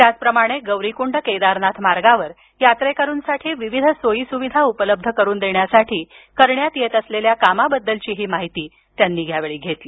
त्याचप्रमाणे गौरीकुंड केदारनाथ मार्गावर यात्रेकरूंसाठी विविध सोयीसुविधा उपलब्ध करून देण्यासाठी करण्यात येत असलेल्या कामांबद्दलही त्यांनी माहिती घेतली